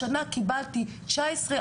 השנה קיבלתי תשעה עשרה..